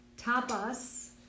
Tapas